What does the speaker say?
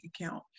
account